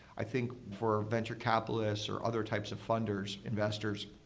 i think for a venture capitalist, or other types of funders, investors,